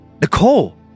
Nicole